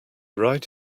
right